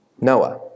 Noah